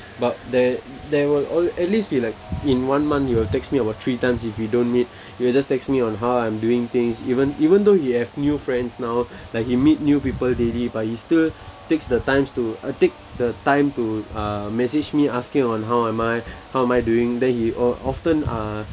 but there there will all at least be like in one month he will text me about three times if we don't meet he will just text me on how I'm doing things even even though he have new friends now like he meet new people daily but he still takes the times to take the time to uh message me asking on how am I how am I doing then he of~ often uh